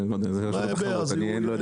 זה אני לא יודע, זה רשות התחרות אני לא יודע.